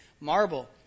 marble